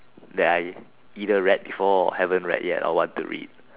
that I either read before or haven't read yet I what to read